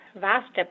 vast